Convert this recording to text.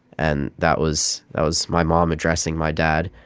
and that was that was my mom addressing my dad.